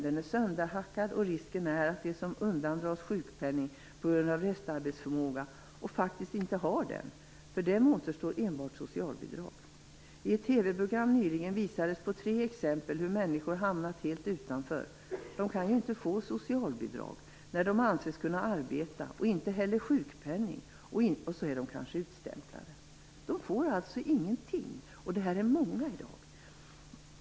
Den är sönderhackad, och risken är att enbart socialbidrag återstår för dem som undandras sjukpenning på grund av restarbetsförmåga och som faktiskt inte har det. I ett TV-program nyligen visades tre exempel på hur människor hamnat helt utanför. De kan ju inte få socialbidrag när de anses kunna arbeta, och inte heller sjukpenning, och så är de kanske utstämplade. De får alltså ingenting! Och de är många i dag.